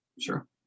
Sure